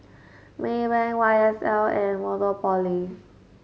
Maybank Y S L and Monopoly